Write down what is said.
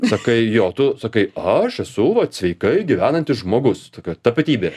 sakai jo tu sakai aš esu vat sveikai gyvenantis žmogus tokia tapatybė